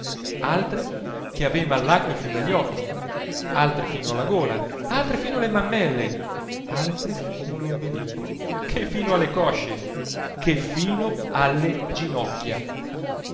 altre che avevan l'acque fino a gli occhi altre fino alla gola altre fino alle mammelle altre fino all'ombelico che fino alle coscie che fino alle ginocchia